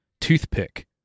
toothpick